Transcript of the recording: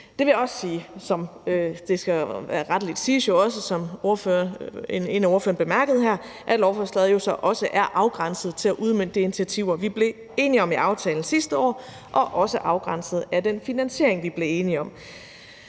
retteligt siges, som en af ordførerne bemærkede, at lovforslaget jo så også er afgrænset til at udmønte de initiativer, vi blev enige om i aftalen sidste år, og også afgrænset af den finansiering, vi blev enige om.